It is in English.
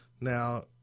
Now